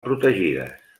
protegides